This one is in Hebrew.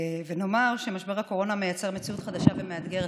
נאמר שמשבר הקורונה מייצר מציאות חדשה ומאתגרת,